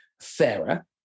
fairer